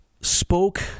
spoke